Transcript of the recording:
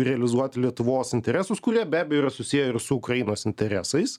realizuoti lietuvos interesus kurie be abejo yra susiję ir su ukrainos interesais